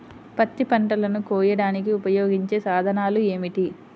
పత్తి పంటలను కోయడానికి ఉపయోగించే సాధనాలు ఏమిటీ?